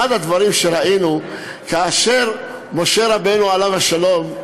אחד הדברים שראינו כאשר משה רבנו, עליו השלום,